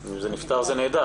אם זה נפתר, זה נהדר.